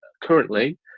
currently